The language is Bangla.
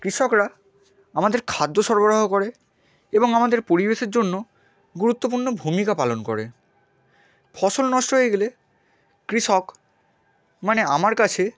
কৃষকরা আমাদের খাদ্য সরবরাহ করে এবং আমাদের পরিবেশের জন্য গুরুত্বপূর্ণ ভূমিকা পালন করে ফসল নষ্ট হয়ে গেলে কৃষক মানে আমার কাছে